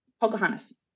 Pocahontas